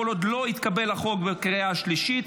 כל עוד לא התקבל החוק בקריאה שלישית,